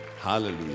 Hallelujah